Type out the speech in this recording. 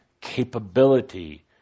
capability